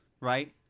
right